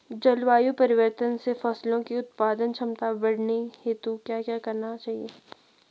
जलवायु परिवर्तन से फसलों की उत्पादन क्षमता बढ़ाने हेतु क्या क्या करना चाहिए?